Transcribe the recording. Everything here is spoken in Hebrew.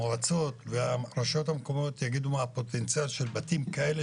המועצות והרשויות המקומיות יגידו מה הפוטנציאל של בתים כאלה